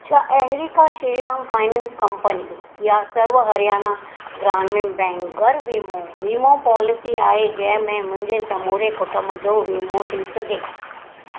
छा अहिड़ी का श्रीराम फाइनेंस कंपनी या सर्व हरियाणा ग्रामीण बैंक घर वीमो वीमो पॉलिसी आहे जंहिं में मुंहिंजे समूरे कुटुंब जो वीमो थी सघे